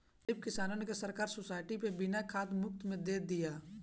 गरीब किसानन के सरकार सोसाइटी पे बिया खाद मुफ्त में दे तिया